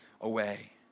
away